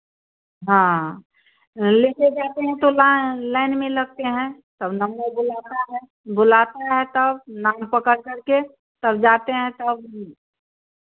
हाँ ले कर जाते हैं तो लाइ लाइन में लगते हैं तब नंबर बुलाता है बुलाता है तब लाइन पकड़ करके तब जाते हैं तब